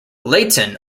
leighton